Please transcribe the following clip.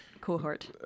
cohort